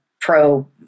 pro